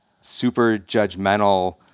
super-judgmental